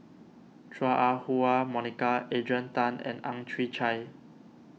Chua Ah Huwa Monica Adrian Tan and Ang Chwee Chai